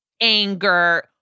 anger